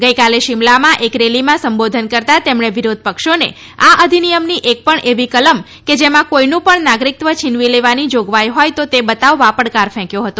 ગઇકાલે શિમલામાં એક રેલીમાં સંબોધન કરતાં તેમણે વિરોધ પક્ષોને આ અધિનિયમની એકપણ એવી કલમ કે જેમાં કોઈનું પણ નાગરિકત્વ છીનવી લેવાની જોગવાઈ હોય તો તે બતાવવા પડકાર ફેંક્વો હતો